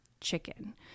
chicken